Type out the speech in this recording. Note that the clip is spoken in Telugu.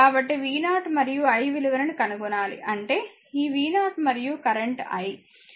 కాబట్టి v0 మరియు i విలువలను కనుగొనాలి ఆంటే ఈ v0 మరియు కరెంట్ i